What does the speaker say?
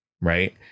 right